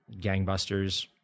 Gangbusters